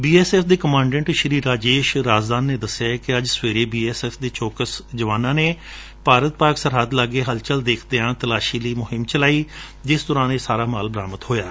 B S F ਦੇ commandant Rajesh Razdan ਨੇ ਦਸਿਐ ਕਿ ਅੱਜ ਸਵੇਰੇ ਬੀ ਐਸ ਐਫ਼ ਦੇ ਚੌਕਸ ਜਵਾਨਾਂ ਨੇ ਭਾਰਤ ਪਾਕਿਸਤਾਨ ਸਰਹੱਦ ਲਾਗੇ ਹਲਚਲ ਦੇਖਦਿਆਂ ਤਲਾਸ਼ੀ ਲਈ ਮੁਹਿੰਮ ਚਲਾਈ ਜਿਸ ਦੌਰਾਨ ਇਹ ਮਾਲ ਬਰਾਮਦ ਕੀਤਾ ਗਿਆ